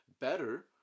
better